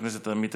אני אוסיף פה.